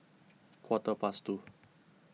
quarter past two